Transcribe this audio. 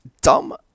Dumb